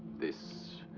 this.